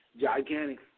gigantic